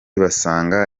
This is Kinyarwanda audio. basanga